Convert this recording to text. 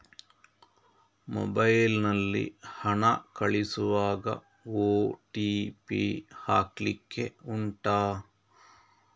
mobile ನಲ್ಲಿ ಹಣ ಕಳಿಸುವಾಗ ಓ.ಟಿ.ಪಿ ಹಾಕ್ಲಿಕ್ಕೆ ಉಂಟಾ